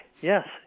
Yes